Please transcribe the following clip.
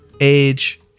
age